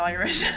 Irish